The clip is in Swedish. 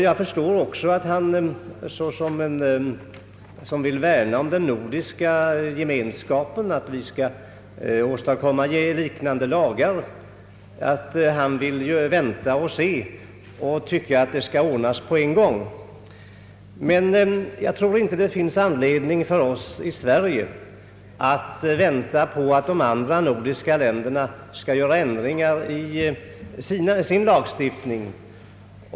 Jag förstår också att han i den nordiska gemenskapens intresse vill att vi skall avvakta, så att lagstiftningen om näringsfriheten kan samordnas. Jag tror inte det finns anledning för oss i Sverige att vänta på att de andra nordiska länderna skall göra ändringar i sin lagstiftning.